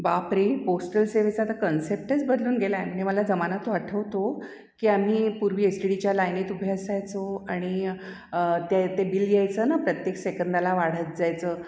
बापरे पोस्टल सेवेचा आता कन्सेप्टच बदलून गेला आहे म्हणजे मला जमाना तो आठवतो की आम्ही पूर्वी एस टी डीच्या लायनीत उभे असायचो आणि त्या ते बिल यायचं ना प्रत्येक सेकंदाला वाढत जायचं